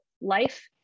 life